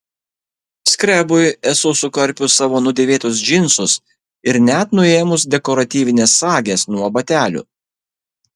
skrebui esu sukarpius savo nudėvėtus džinsus ir net nuėmus dekoratyvines sages nuo batelių